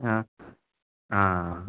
आं